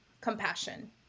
compassion